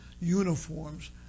uniforms